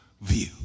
view